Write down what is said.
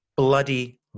Bloody